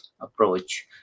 approach